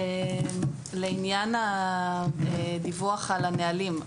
לעניין הדיווח על הנהלים.